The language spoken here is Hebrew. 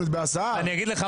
אני אגיד לך,